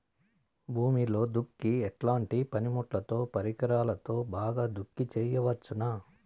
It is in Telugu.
భూమిలో దుక్కి ఎట్లాంటి పనిముట్లుతో, పరికరాలతో బాగా దుక్కి చేయవచ్చున?